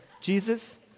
Jesus